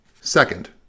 Second